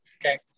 Okay